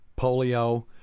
polio